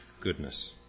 goodness